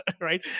right